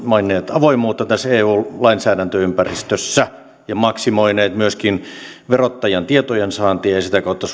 avoimuutta tässä eu lainsäädäntöympäristössä ja maksimoineet myöskin verottajan tietojensaantia ja sitä kautta